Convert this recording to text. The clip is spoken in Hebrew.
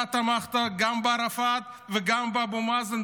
אתה תמכת גם בערפאת וגם באבו מאזן,